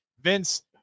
Vince